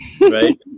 Right